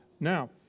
Now